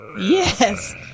Yes